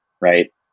Right